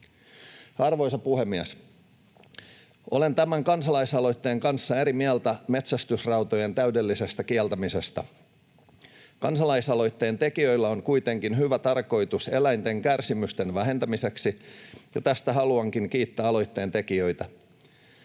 Arvoisa puhemies! Olen tämän kansalaisaloitteen kanssa eri mieltä metsästysrautojen täydellisestä kieltämisestä. Kansalaisaloitteen tekijöillä on kuitenkin hyvä tarkoitus vähentää eläinten kärsimyksiä, ja tästä haluankin kiittää aloitteen tekijöitä.